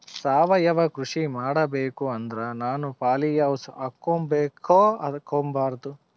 ಸಾವಯವ ಕೃಷಿ ಮಾಡಬೇಕು ಅಂದ್ರ ನಾನು ಪಾಲಿಹೌಸ್ ಹಾಕೋಬೇಕೊ ಹಾಕ್ಕೋಬಾರ್ದು?